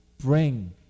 bring